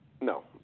No